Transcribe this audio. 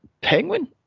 penguin